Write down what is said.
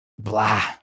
blah